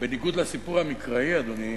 ובניגוד לסיפור המקראי, אדוני,